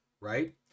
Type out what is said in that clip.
right